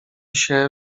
się